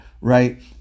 right